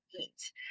eat